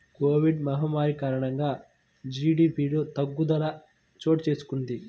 Covid మహమ్మారి కారణంగా జీడీపిలో తగ్గుదల చోటుచేసుకొంది